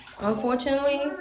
Unfortunately